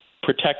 protect